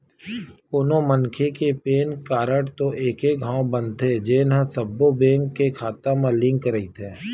कोनो मनखे के पेन कारड तो एके घांव बनथे जेन ह सब्बो बेंक के खाता म लिंक रहिथे